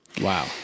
Wow